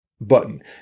button